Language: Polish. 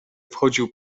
wchodził